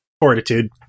Fortitude